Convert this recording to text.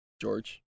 George